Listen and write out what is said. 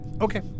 Okay